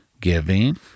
giving